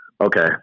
okay